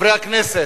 חברי הכנסת,